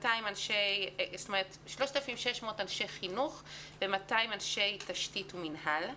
כלומר 3,600 אנשי חינוך ו-200 אנשי תשתית ומינהל.